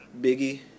Biggie